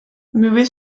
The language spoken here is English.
movies